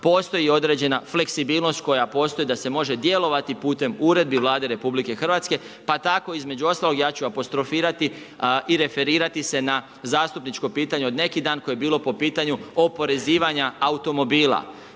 postoji određena fleksibilnost koja postoji da se može djelovati putem Uredbi Vlade Republike Hrvatske, pa tako između ostalog ja ću apostrofirati i referirati se na zastupničko pitanje od neki dan, koje je bilo po pitanju oporezivanja automobila.